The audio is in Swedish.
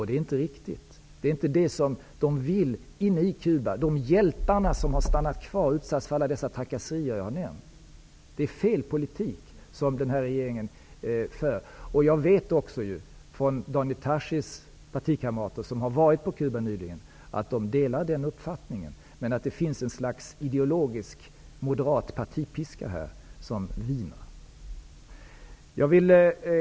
Det är inte riktigt, och det är inte vad de hjältar som har stannat kvar på Cuba och utsatts för alla dessa trakasserier vill. Regeringen för en felaktig politik. Jag vet att de partikamrater till Daniel Tarschys som nyligen har varit på Cuba delar den uppfattningen. Men det finns en ideologisk moderat partipiska som viner här.